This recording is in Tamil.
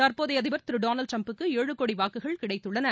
தற்போதைய அதிபர் திரு டொனாவ்ட் ட்ரம்புக்கு ஏழு கோடி வாக்குகள் கிடைத்துள்ளன